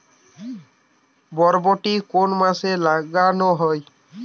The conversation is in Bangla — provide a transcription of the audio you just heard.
বরবটি কোন মাসে লাগানো হয়?